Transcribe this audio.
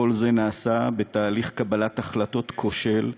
כל זה נעשה בתהליך קבלת החלטות כושל,